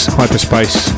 hyperspace